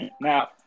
Now